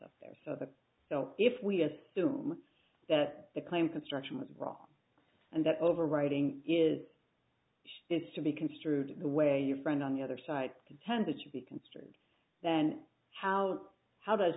up there so the so if we assume that the claim construction was wrong and that overwriting is it's to be construed the way your friend on the other side contend which we can then how how does